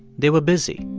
they were busy.